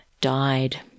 died